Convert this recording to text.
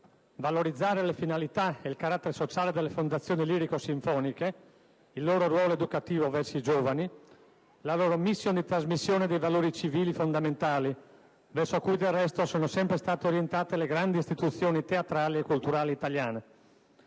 valorizzare le finalità e il carattere sociale delle fondazioni lirico-sinfoniche, il loro ruolo educativo verso i giovani, la loro *mission* di trasmissione dei valori civili fondamentali (verso cui del resto sono sempre state orientate le grandi istituzioni teatrali e culturali italiane);